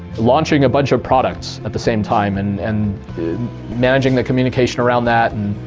launching a bunch of products at the same time, and and managing the communication around that, and